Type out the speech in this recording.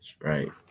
right